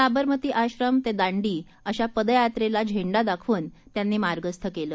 साबरमती आश्रम ते दांडी अशा पदयात्रेला झेंडा दाखवून त्यांनी मार्गस्थ केलं